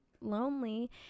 lonely